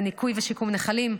ניקוי ושיקום נחלים,